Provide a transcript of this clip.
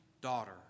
Daughter